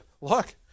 look